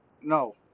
no